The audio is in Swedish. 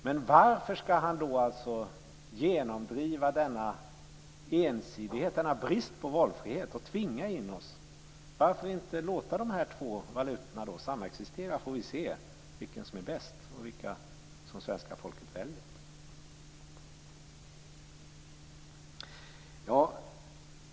Men varför skall han då alltså genomdriva denna ensidighet, denna brist på valfrihet, och tvinga in oss? Varför inte låta de här två valutorna samexistera? Då får vi se vilken som är bäst och vilken som svenska folket väljer.